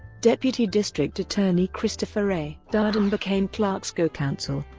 deputy district attorney christopher a. darden became clark's co-counsel.